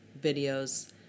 videos